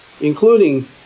including